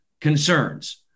concerns